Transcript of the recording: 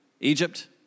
Egypt